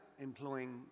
employing